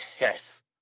Yes